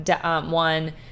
one